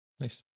nice